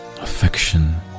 affection